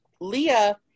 Leah